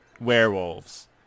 werewolves